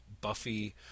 Buffy